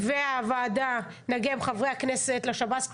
הוועדה ואני נגיע עם חברי הכנסת לשב"ס,